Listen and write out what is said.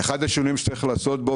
אחד השינויים שצריך לעשות בו,